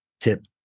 tip